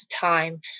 time